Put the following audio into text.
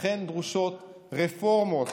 לכן דרושות רפורמות